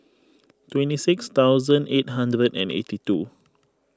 twenty six thousand eight hundred and eighty two